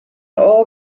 all